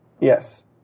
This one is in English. Yes